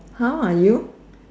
how are you